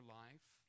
life